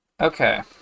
Okay